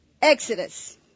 Exodus